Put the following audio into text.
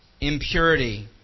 impurity